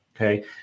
okay